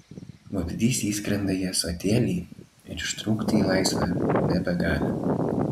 vabzdys įskrenda į ąsotėlį ir ištrūkti į laisvę nebegali